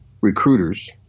recruiters